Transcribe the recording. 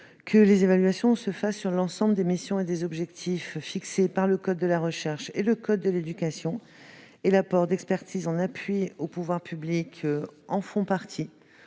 loi, les évaluations se font sur l'ensemble des missions et des objectifs fixés par le code de la recherche et le code de l'éducation ; l'apport d'expertise en appui aux pouvoirs publics en fait partie.